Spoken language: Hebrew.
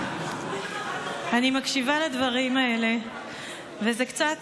אני מקשיבה לדברים האלה ובאמת,